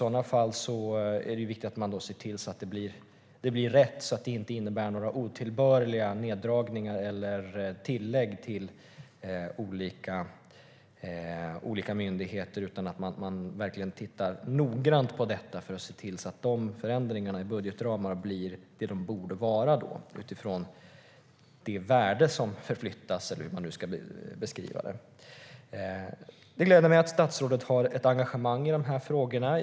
Det är då viktigt att se till att det blir rätt, så att det inte innebär några otillbörliga neddragningar eller tillägg för olika myndigheter utan att man verkligen tittar noggrant på detta för att se till att förändringarna i budgetramarna blir vad de borde vara utifrån det värde som förflyttas - eller hur man nu ska beskriva det. Det gläder mig att statsrådet har ett engagemang i den här frågan.